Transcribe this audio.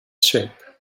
shape